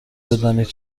بدانید